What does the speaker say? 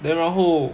then 然后